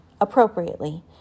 appropriately